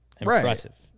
impressive